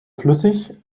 flüssig